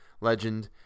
legend